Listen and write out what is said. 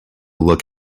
look